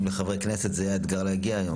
אם לחברי כנסת זה היה אתגר להגיע היום,